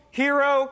hero